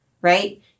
right